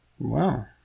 Wow